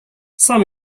sam